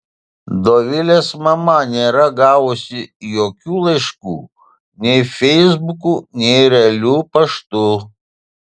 dovilės mama nėra gavusi jokių laiškų nei feisbuku nei realiu paštu